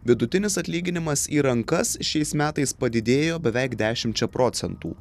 vidutinis atlyginimas į rankas šiais metais padidėjo beveik dešimčia procentų